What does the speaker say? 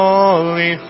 Holy